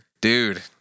Dude